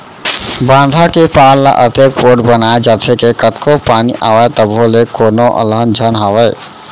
बांधा के पार ल अतेक पोठ बनाए जाथे के कतको पानी आवय तभो ले कोनो अलहन झन आवय